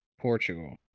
Portugal